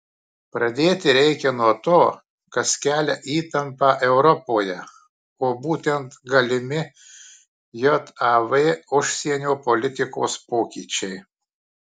pradėti reikia nuo to kas kelia įtampą europoje o būtent galimi jav užsienio politikos pokyčiai